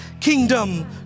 kingdom